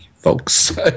folks